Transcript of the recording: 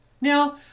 Now